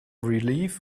relief